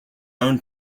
own